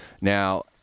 now